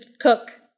cook